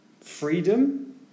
freedom